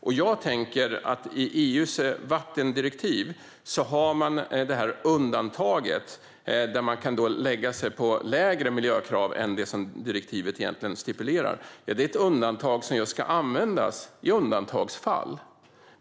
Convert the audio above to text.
I EU:s vattendirektiv har man detta undantag där man kan ställa lägre miljökrav än vad direktivet egentligen stipulerar, och detta undantag ska användas i just undantagsfall.